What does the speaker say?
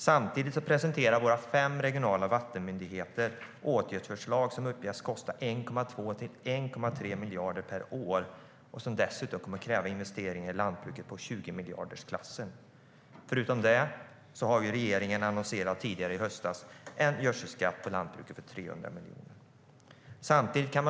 Samtidigt presenterar våra fem regionala vattenmyndigheter åtgärdsförslag som uppges kosta 1,2-1,3 miljarder per år och som dessutom kommer att kräva investeringar i lantbruket i 20-miljardersklassen. Förutom detta annonserade regeringen i höstas en gödselskatt för lantbrukare på 300 miljoner.